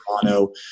Toronto